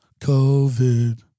COVID